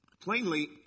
Plainly